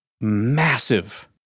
massive